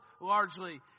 largely